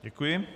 Děkuji.